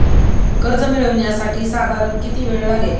कर्ज मिळविण्यासाठी साधारण किती वेळ लागेल?